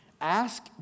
ask